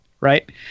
right